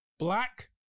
Black